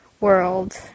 world